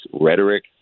rhetoric